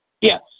Yes